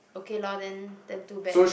okay lor then then too bad